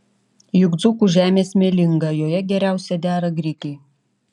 juk dzūkų žemė smėlinga joje geriausiai dera grikiai